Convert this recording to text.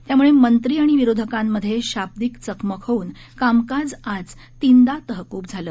यामुळे मंत्री आणि विरोधकांमध्ये शाब्दिक चकमक होऊन कामकाज आज तीनदा तहकूब झालं